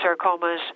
sarcomas